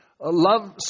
love